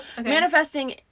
manifesting